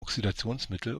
oxidationsmittel